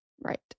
right